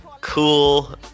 cool